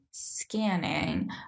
Scanning